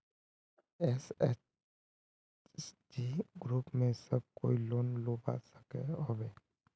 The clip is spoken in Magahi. एस.एच.जी ग्रूप से सब कोई लोन लुबा सकोहो होबे?